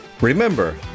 Remember